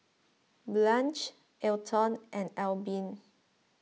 Blanch Elton and Albin